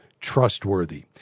trustworthy